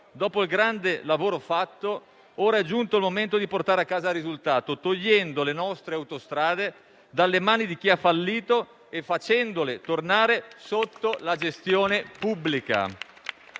Dopo il grande lavoro fatto, ora è giunto il momento di portare a casa il risultato, togliendo le nostre autostrade dalle mani di chi ha fallito e facendole tornare sotto la gestione pubblica.